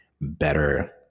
better